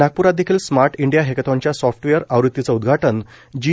नागपूरात देखील smart India हक्काथॉनच्या सॉफ्टवेयर आवृत्तीचं उद्घाटन जी